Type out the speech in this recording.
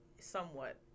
somewhat